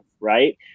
right